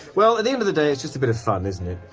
well, at the end of the day, it's just a bit of fun isn't it?